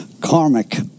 karmic